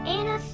Anna